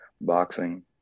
boxing